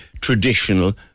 traditional